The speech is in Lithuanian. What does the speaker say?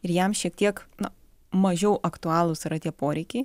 ir jam šiek tiek na mažiau aktualūs yra tie poreikiai